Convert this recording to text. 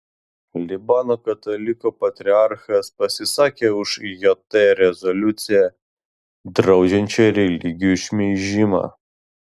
libano katalikų patriarchas pasisakė už jt rezoliuciją draudžiančią religijų šmeižimą